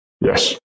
Yes